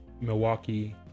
Milwaukee